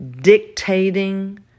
dictating